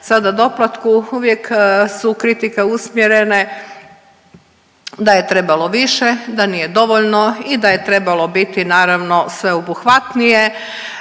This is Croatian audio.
sada doplatku uvijek su kritike usmjerene da je trebalo više, da nije dovoljno i da je trebalo biti naravno sveobuhvatnije.